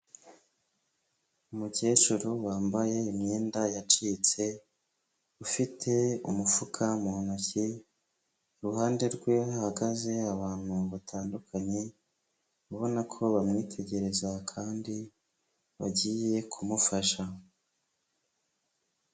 Umukecuru wambaye imyenda yacitse, ufite umufuka mu ntoki, iruhande rwe hahagaze abantu batandukanye, ubona ko bamwitegereza kandi bagiye kumufasha.